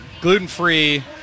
gluten-free